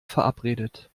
verabredet